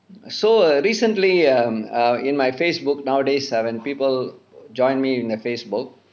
so uh recently um err in my Facebook nowadays when people join me in the Facebook